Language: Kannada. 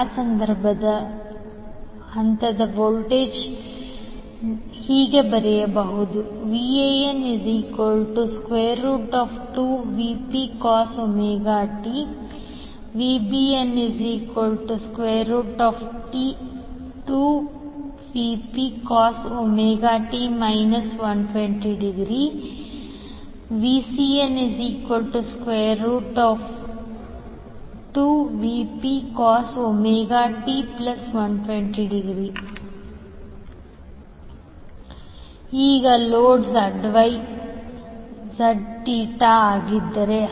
ಆ ಸಂದರ್ಭದಲ್ಲಿ ಹಂತದ ವೋಲ್ಟೇಜ್ ನೀವು ಹೇಳಬಹುದು vAN2Vp t vBN2Vpcos ω t 120° vCN2Vp ω t120° ಈಗ ಲೋಡ್ ZY Z∠θ ಆಗಿದ್ದರೆ